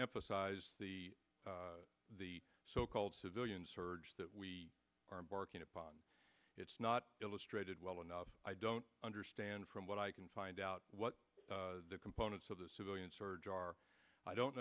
emphasize the the so called civilian surge that we are embarking upon it's not illustrated well enough i don't understand from what i can find out what the components of the civilian surge are i don't